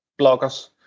bloggers